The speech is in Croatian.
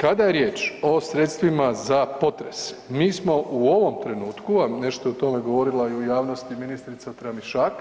Kada je riječ o sredstvima za potres mi smo u ovom trenutku, a nešto je o tome govorila i u javnosti ministrica Tramišak,